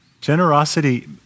Generosity